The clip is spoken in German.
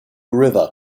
river